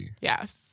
Yes